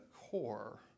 core